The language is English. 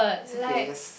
it's okay just